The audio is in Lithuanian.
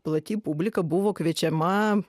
plati publika buvo kviečiama